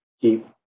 keep